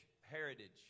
heritage